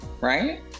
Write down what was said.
right